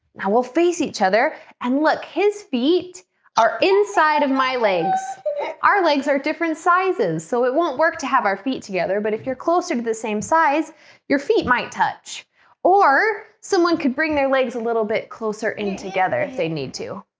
i will face each other and look his feet are inside of my legs our legs are different sizes, so it won't work to have our feet together but if you're closer to the same size your feet might touch or someone could bring their legs a little bit closer in together if they need to